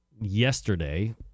yesterday